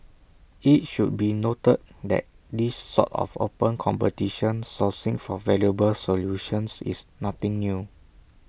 IT should be noted that this sort of open competition sourcing for valuable solutions is nothing new